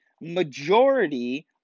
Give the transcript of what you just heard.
majority